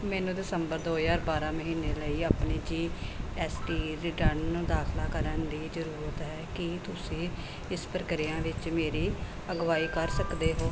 ਮੈਨੂੰ ਦਸੰਬਰ ਦੋ ਹਜ਼ਾਰ ਬਾਰ੍ਹਾਂ ਮਹੀਨੇ ਲਈ ਆਪਣੀ ਜੀਐੱਸਟੀ ਰਿਟਰਨ ਦਾਖਲ ਕਰਨ ਦੀ ਜ਼ਰੂਰਤ ਹੈ ਕੀ ਤੁਸੀਂ ਇਸ ਪ੍ਰਕਿਰਿਆ ਵਿੱਚ ਮੇਰੀ ਅਗਵਾਈ ਕਰ ਸਕਦੇ ਹੋ